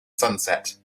sunset